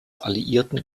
alliierten